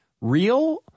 real